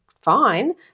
fine